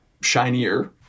shinier